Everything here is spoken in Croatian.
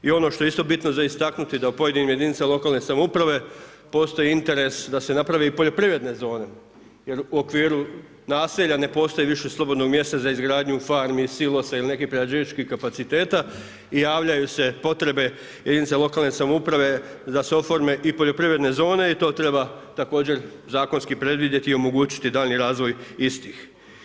I ono što je isto bitno za istaknuti da u pojedinim jedinicama lokalne samouprave postoji interes da se napravi i poljoprivredne zone, jer u okviru naselja ne postoji više slobodnog mjesta za izgradnju farmi, silosa ili nekih prerađivačkih kapaciteta i javljaju se potrebe jedinice lokalne samouprave da se oforme i poljoprivredne zone i to treba također zakonski predvidjeti, omogućiti dalji razvoj istih.